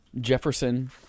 jefferson